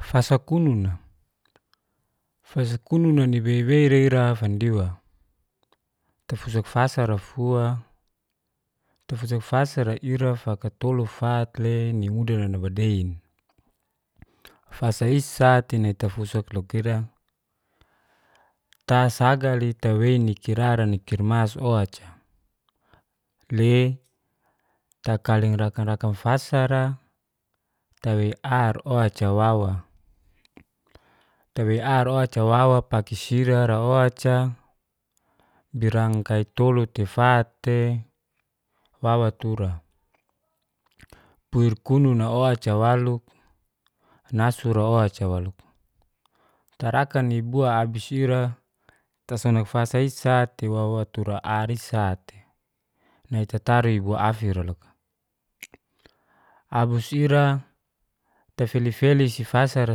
Fasakununa, fasakuna nibeibe'ra ira fandiwa tafusukfasara fua, tafusukfasara ira fakatolo, fat'le niuda nanabadein, fasaissa'ti nai tafusuak loka ira. Ta'sagalitawe nikirara nikirmas o'ca le takalingrakan-rakan fasara tawe'ar o'cawawa. Tawe'ar o'cawawa pake sirara o'ca dirangkai tolo tifat'te wawatura, puirkununa o'ca walo nasur o'ca walo. Tarakani bua abis ira tasonak fasaissa'te wawatura a'rissa'te nai tatari wa'afira loka. Abus ira tafeli-felisi fasara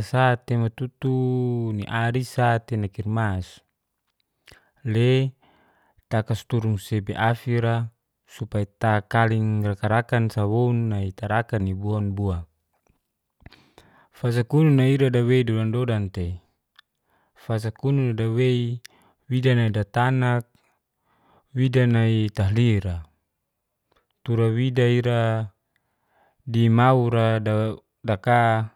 sat'te matutu'ni anarissa'te ina kirmas, le ta'kasturung sebeafi'ra supaya takaling raka-rakansa woun nao tarakani buanbua fasakununa ira dawei dodan-dodan tei. Fasakunu dawei widanai datanak widanai tahlira turawida ira dimaura daka